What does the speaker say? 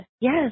Yes